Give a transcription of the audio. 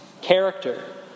character